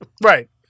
Right